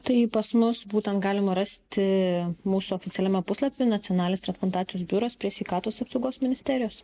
tai pas mus būtent galima rasti mūsų oficialiame puslapy nacionalinis transplantacijos biuras prie sveikatos apsaugos ministerijos